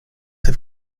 have